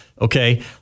Okay